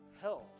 health